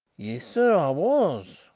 yes, sir, i was,